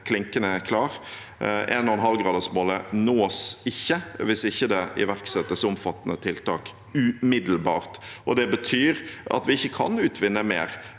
klinkende klar: 1,5gradersmålet nås ikke hvis det ikke iverksettes omfattende tiltak umiddelbart. Det betyr at vi ikke kan utvinne mer